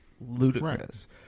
ludicrous